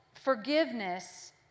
forgiveness